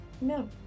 No